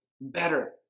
better